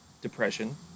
depression